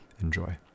Enjoy